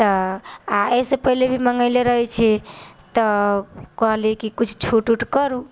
तऽ आ एहिसँ पहले भी मङ्गेले रहै छी तऽ कहलि कि कुछ छूट वूट करु